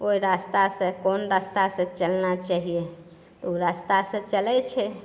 ओहि रास्तासँ कोन रास्तासँ चलना चाहिए ओ रास्तासँ चलैत छै